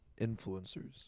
Influencers